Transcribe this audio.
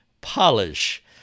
polish